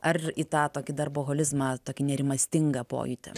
ar į tą tokį darboholizmą tokį nerimastingą pojūtį